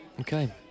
Okay